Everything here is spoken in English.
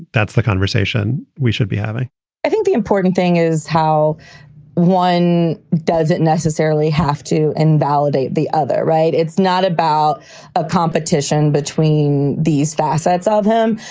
that's the conversation we should be having i think the important thing is how one doesn't necessarily have to invalidate the other. right it's not about a competition between these facets ah of him,